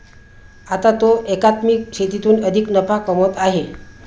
आता तो एकात्मिक शेतीतून अधिक नफा कमवत आहे